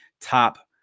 top